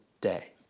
day